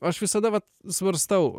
aš visada vat svarstau